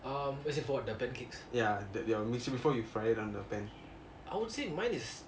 um as in for what the pancakes I would say mine is